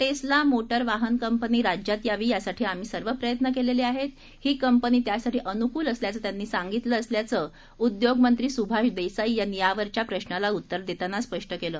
Tesla मोटार वाहन company राज्यात यावी यासाठी आम्ही सर्व प्रयत्न केले आहेत ही कंपनी त्यासाठी अनुकूल असल्याचं उद्योग मंत्री सुभाष देसाई यांनी यावरच्या प्रशाला उत्तर देताना स्पष्ट केलं